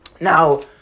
now